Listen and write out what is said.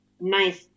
nice